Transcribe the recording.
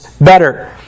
better